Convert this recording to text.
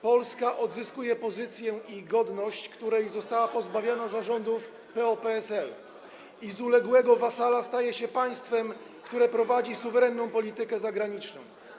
Polska odzyskuje pozycję i godność, których została pozbawiona za rządów PO-PSL, i z uległego wasala staje się państwem, które prowadzi suwerenną politykę zagraniczną.